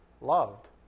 loved